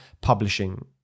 publishing